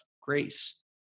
grace